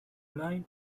line